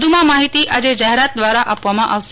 વધુ માં માહિતી આજે જાહેરાત દ્રારા આપવામાં આવશે